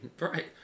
Right